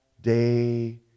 day